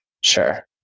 Sure